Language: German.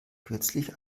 kürzlich